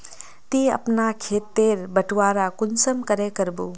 ती अपना खेत तेर बटवारा कुंसम करे करबो?